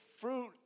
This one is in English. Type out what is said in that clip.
fruit